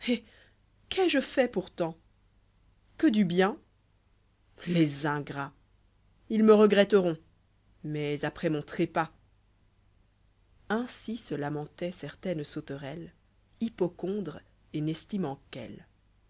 quai je fait pourtant que du bien les ingrats i lis me regretteront mais après mon trépas ainsi se lamentoit certaine sauterelle hypocondre et n'estimant qu'elle